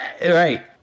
Right